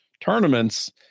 tournaments